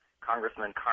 Congressman